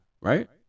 right